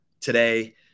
today